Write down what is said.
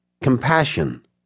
compassion